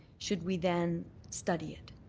should we then study it?